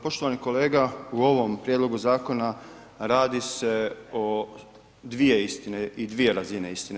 Poštovani kolega u ovom prijedlogu zakona radi se o dvije istine i dvije razine istine.